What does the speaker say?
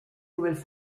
nouvelles